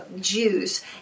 Jews